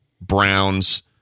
Browns